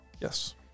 Yes